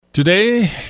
today